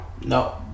No